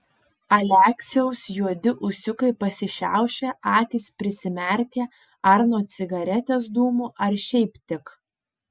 aleksiaus juodi ūsiukai pasišiaušia akys prisimerkia ar nuo cigaretės dūmų ar šiaip tik